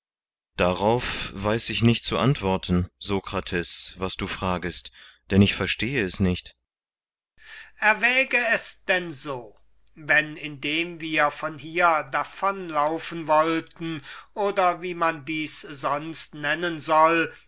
darauf weiß ich nicht zu antworten sokrates was du fragtest denn ich verstehe es nicht sokrates erwäge es denn so wenn indem wir von hier davonlaufen wollten oder wie man dies sonst nennen soll